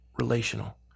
Relational